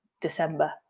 December